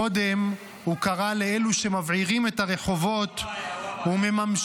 קודם הוא קרא לאלו שמבעירים את הרחובות ומממשים